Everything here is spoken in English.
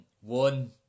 one